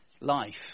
life